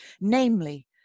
namely